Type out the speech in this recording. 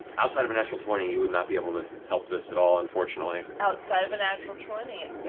outside of a natural twenty, you would not be able to help this at all, unfortunately outside of a natural twenty, and